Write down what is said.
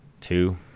Two